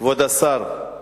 כבוד השר,